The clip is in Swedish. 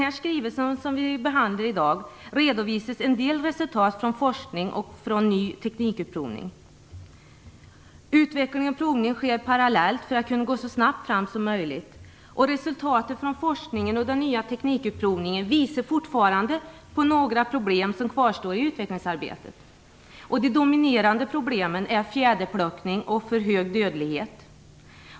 I den skrivelse som vi i dag behandlar redovisas en del resultat från forskning och ny teknikutprovning. Utveckling och prövning sker parallellt för att man skall kunna gå så snabbt fram som möjligt. Resultatet av forskningen och den nya teknikutprovningen visar fortfarande på några problem som kvarstår i utvecklingsarbetet. De dominerande problemen är fjäderplockning och för hög dödlighet.